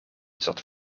zat